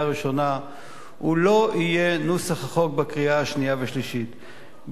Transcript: הראשונה לא יהיה נוסח החוק בקריאה השנייה והשלישית,